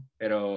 pero